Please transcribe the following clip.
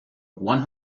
one